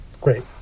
great